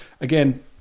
Again